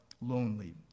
lonely